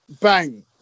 bang